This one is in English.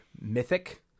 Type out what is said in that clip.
mythic